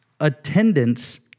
attendance